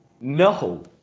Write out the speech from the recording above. No